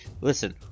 listen